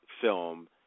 film